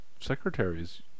secretaries